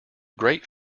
great